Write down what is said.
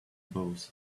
both